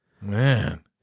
Man